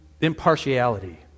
impartiality